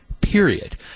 period